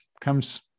comes